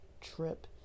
trip